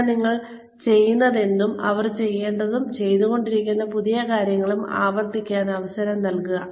പിന്നെ നിങ്ങൾ ചെയ്യുന്നതും അവർ ചെയ്യേണ്ടതും ചെയ്തുകൊണ്ടിരിക്കുന്ന പുതിയ കാര്യങ്ങളും ആവർത്തിക്കാൻ അവസരം നൽകുക